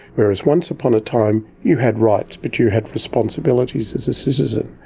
whereas once upon a time you had rights, but you had responsibilities as a citizen.